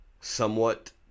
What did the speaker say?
somewhat